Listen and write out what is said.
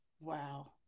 Wow